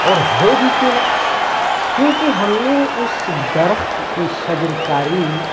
اور ہو بھی کیوں نہ کیوںکہ ہم نے اس درخت کی شجر کاری